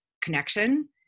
connection